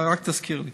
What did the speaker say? אתה רק תזכיר לי.